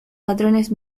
patrones